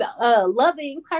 loving